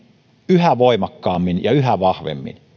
yhä voimakkaammin ja yhä vahvemmin